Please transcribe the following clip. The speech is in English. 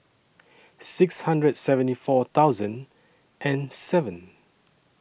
six hundred seventy four thousand and seven